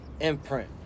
imprint